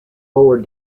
lower